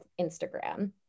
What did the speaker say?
Instagram